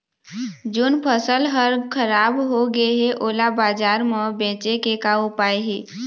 जोन फसल हर खराब हो गे हे, ओला बाजार म बेचे के का ऊपाय हे?